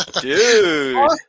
Dude